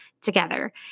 together